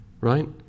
Right